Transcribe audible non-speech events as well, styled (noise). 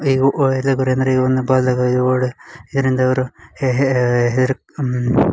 ಈಗ (unintelligible) ಅಂದರೆ ಈಗ ಒಂದು ಬಾಲ್ದಾಗ ಇವ ಓಡಿ ಇವ್ರ ಹಿಂದೆ ಅವರು (unintelligible)